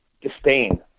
disdain